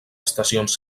estacions